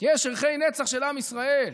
יש ערכי נצח של עם ישראל.